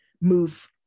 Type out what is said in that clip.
move